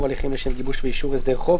הליכים לשם גיבוש ואישור הסדר חוב),